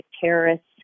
terrorists